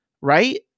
right